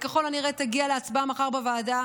שככל הנראה תגיע להצבעה מחר בוועדה,